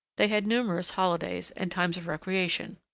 they had numerous holidays and times of recreation.